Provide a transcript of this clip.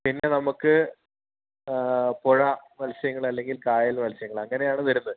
പിന്നെ നമുക്ക് പുഴ മത്സ്യങ്ങൾ അല്ലെങ്കിൽ കായൽ മത്സ്യങ്ങൾ അങ്ങനെ ആണ് വരുന്നത്